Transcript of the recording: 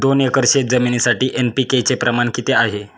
दोन एकर शेतजमिनीसाठी एन.पी.के चे प्रमाण किती आहे?